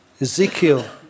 Ezekiel